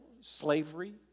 slavery